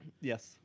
Yes